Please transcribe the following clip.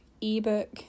ebook